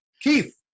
Keith